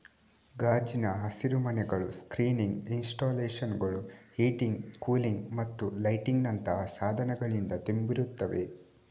ಗಾಜಿನ ಹಸಿರುಮನೆಗಳು ಸ್ಕ್ರೀನಿಂಗ್ ಇನ್ಸ್ಟಾಲೇಶನುಳು, ಹೀಟಿಂಗ್, ಕೂಲಿಂಗ್ ಮತ್ತು ಲೈಟಿಂಗಿನಂತಹ ಸಾಧನಗಳಿಂದ ತುಂಬಿರುತ್ತವೆ